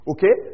Okay